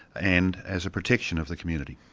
and as a protection of the community.